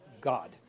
God